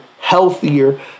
healthier